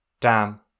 Damn